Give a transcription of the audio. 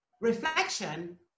reflection